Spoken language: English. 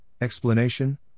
explanation